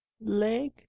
leg